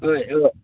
हय हय